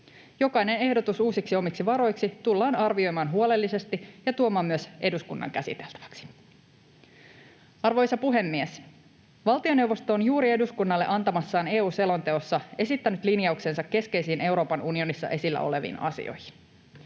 Jokainen ehdotus uusiksi omiksi varoiksi tullaan arvioimaan huolellisesti ja tuomaan myös eduskunnan käsiteltäväksi. Arvoisa puhemies! Valtioneuvosto on juuri eduskunnalle antamassaan EU-selonteossa esittänyt linjauksensa keskeisiin Euroopan unionissa esillä oleviin asioihin.